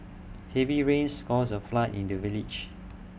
heavy rains caused A flood in the village